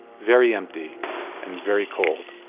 very empty and very cold